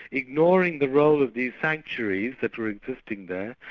ignoring the role of these sanctuaries that were existing there,